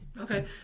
Okay